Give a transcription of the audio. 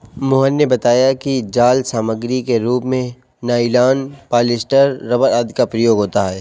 मोहन ने बताया कि जाल सामग्री के रूप में नाइलॉन, पॉलीस्टर, रबर आदि का प्रयोग होता है